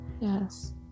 Yes